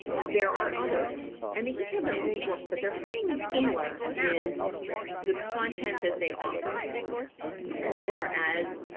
there are others and they each have their own book, but they're fairly similar in the content that they offer as far as